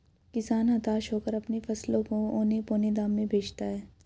किसान हताश होकर अपने फसलों को औने पोने दाम में बेचता है